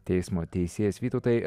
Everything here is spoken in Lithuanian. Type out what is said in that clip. teismo teisėjas vytautai